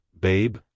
babe